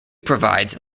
provides